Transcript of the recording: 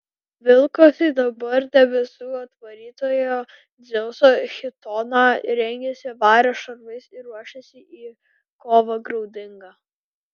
vilkosi dabar debesų atvarytojo dzeuso chitoną rengėsi vario šarvais ir ruošėsi į kovą graudingą